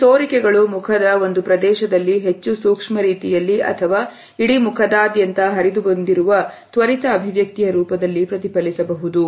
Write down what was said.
ಈ ಸೋರಿಕೆಗಳು ಮುಖದ ಒಂದು ಪ್ರದೇಶದಲ್ಲಿ ಹೆಚ್ಚು ಸೂಕ್ಷ್ಮ ರೀತಿಯಲ್ಲಿ ಅಥವಾ ಇಡೀ ಮುಖದಾದ್ಯಂತ ಹರಿದುಬಂದಿರುವ ತ್ವರಿತ ಅಭಿವ್ಯಕ್ತಿಯ ರೂಪದಲ್ಲಿ ಪ್ರತಿಫಲಿಸಬಹುದು